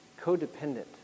Codependent